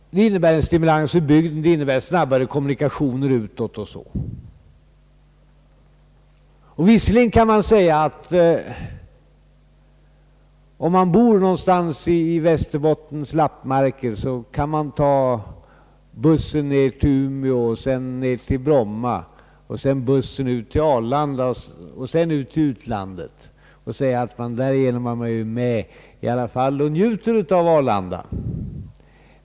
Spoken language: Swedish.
De innebär en stimulans för bygden, innebär snabbare kommunikationer utåt o. s. v. Visserligen kan man, om man bor någonstans i Västerbottens lappmarker, ta bussen till Umeå och sedan flyga till Bromma och sedan ta bussen ut till Arlanda och därifrån fara till utlandet — på det sättet är man med och njuter av Arlanda.